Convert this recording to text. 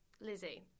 Lizzie